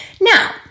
Now